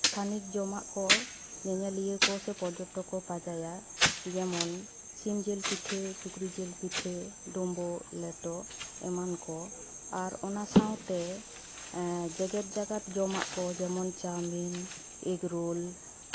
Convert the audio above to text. ᱛᱷᱟᱹᱱᱤᱛ ᱡᱚᱢᱟᱜ ᱠᱚ ᱧᱮᱧᱮᱞᱤᱭᱟᱹ ᱠᱚ ᱥᱮ ᱯᱨᱡᱚᱴᱚᱠ ᱠᱚ ᱯᱟᱸᱡᱟᱭᱟ ᱡᱮᱢᱚᱱ ᱥᱤᱢ ᱡᱤᱞ ᱯᱤᱴᱷᱟᱹ ᱥᱩᱠᱨᱤ ᱡᱤᱞ ᱯᱤᱴᱷᱟᱹ ᱰᱩᱸᱵᱩᱜ ᱞᱮᱴᱚ ᱮᱢᱟᱱ ᱠᱚ ᱟᱨ ᱚᱱᱟ ᱥᱟᱶᱛᱮ ᱡᱮᱸᱜᱮᱫ ᱡᱟᱠᱟᱛ ᱡᱚᱢᱟᱜ ᱠᱚ ᱡᱮᱢᱚᱱ ᱪᱟᱣᱢᱤᱱ ᱮᱜᱽᱨᱳᱞ